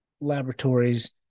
laboratories